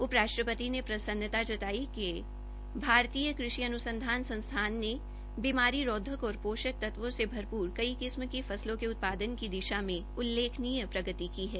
उप राष्ट्रपति ने प्रसन्नता जताई की भारतीय कृषि अनुसंधान संस्थान ने बीमारी रोधक और पोषक तत्वों से भरपूर कई किस्म की फसलों की उत्पादन की दिशा मे उल्लेखननीय प्रगति की है